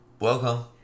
welcome